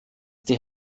die